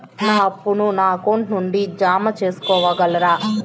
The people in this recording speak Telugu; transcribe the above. నా అప్పును నా అకౌంట్ నుండి జామ సేసుకోగలరా?